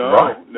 right